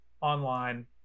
online